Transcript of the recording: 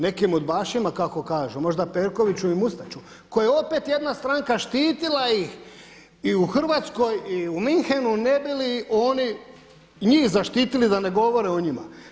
Nekim udbašima kako kažu, možda Perkoviću i Mustaću koje je opet jedna stranka štitila ih i u Hrvatskoj i u Münchenu ne bi li oni njih zaštitili da ne govore o njima.